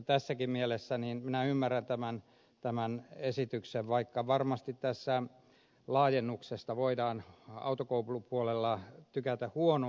tässäkin mielessä minä ymmärrän tämän esityksen vaikka varmasti tästä laajennuksesta voidaan autokoulupuolella tykätä huonoa